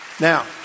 Now